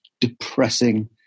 depressing